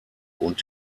und